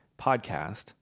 podcast